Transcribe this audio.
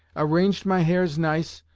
arranged my hairs nice,